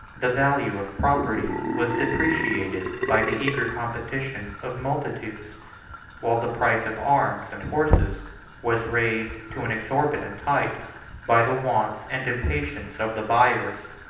the value of property was depreciated by the eager competition of multitudes while the price of arms and horses was raised to an exorbitant height by the wants and impatience of the buyers.